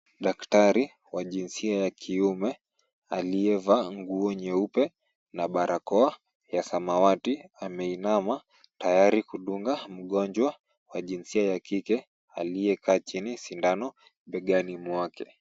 Daktari wa jinsia ya kiume, aliyevaa nguo nyeupe na barakoa ya samawati. Ameinama tayari kudunga mgonjwa wa jinsia ya kike aliyekaa chini sindano begani mwake.